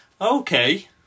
Okay